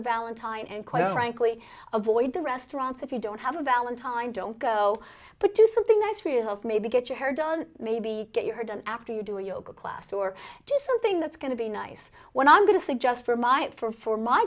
a valentine and quite frankly avoid the restaurants if you don't have a valentine don't go but do something nice for yourself maybe get your hair done maybe get her done after you do a yoga class or do something that's going to be nice when i'm going to suggest for my it for for my